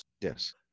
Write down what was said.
Yes